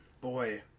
Boy